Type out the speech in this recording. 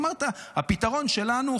אמרת: הפתרון שלנו,